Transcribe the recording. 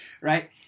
Right